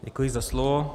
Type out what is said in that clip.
Děkuji za slovo.